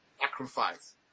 sacrifice